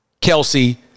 Kelsey